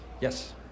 Yes